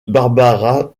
barbara